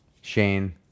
Shane